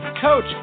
coach